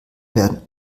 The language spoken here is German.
werden